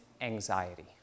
anxiety